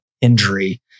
injury